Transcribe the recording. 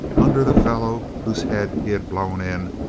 under the fellow whose head he had blown in.